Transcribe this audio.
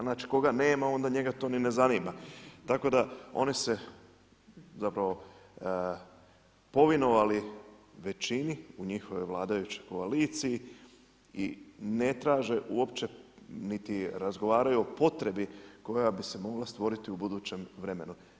Znači koga nema onda njega to ni ne zanima tako da oni se zapravo povinovali većini, njihovoj vladajućoj koaliciji i ne traže uopće niti razgovaraju o potrebi koja bi se mogla stvoriti u budućem vremenu.